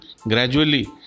gradually